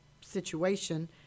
situation